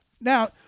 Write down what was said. Now